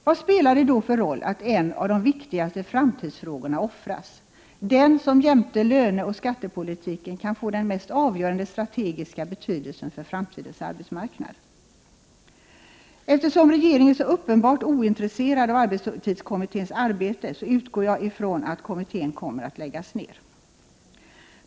Vad spelar det då för roll att en av de viktigaste framtidsfrågorna offras, den fråga som jämte löneoch skattepolitiken kan få den mest avgörande strategiska betydelsen för framtidens arbetsmarknad? Eftersom regeringen så uppenbart är ointresserad av arbetstidskommitténs arbete, utgår jag från att kommittén kommer att upphöra.